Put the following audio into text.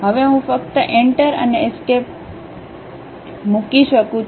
હવે હું ફક્ત એન્ટર અને એસ્કેપ મૂકી શકું છું